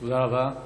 תודה רבה.